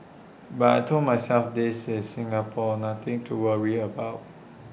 but I Told myself this is Singapore nothing to worry about